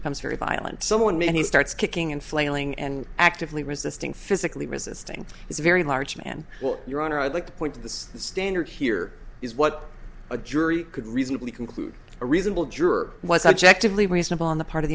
becomes very violent someone he starts kicking and flailing and actively resisting physically resisting is a very large man well your honor i'd like to point to the standard here is what a jury could reasonably conclude a reasonable juror was objectively reasonable on the part of